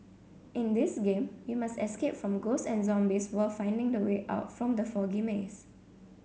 in this game you must escape from ghosts and zombies while finding the way out from the foggy maze